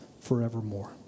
forevermore